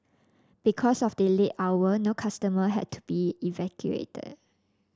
because of the late hour no customer had to be evacuated